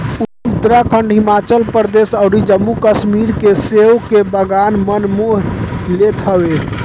उत्तराखंड, हिमाचल अउरी जम्मू कश्मीर के सेब के बगान मन मोह लेत हवे